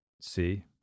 see